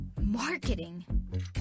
marketing